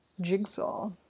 Jigsaw